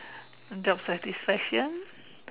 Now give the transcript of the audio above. the satisfaction